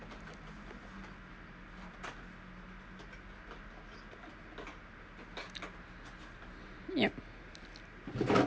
yup